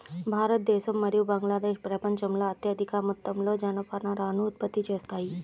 భారతదేశం మరియు బంగ్లాదేశ్ ప్రపంచంలో అత్యధిక మొత్తంలో జనపనారను ఉత్పత్తి చేస్తాయి